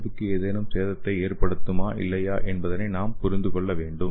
ஏவுக்கு ஏதேனும் சேதத்தை ஏற்படுத்துமா இல்லையா என்பதை நாம் புரிந்து கொள்ள வேண்டும்